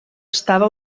estava